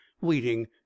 waiting